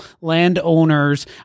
landowners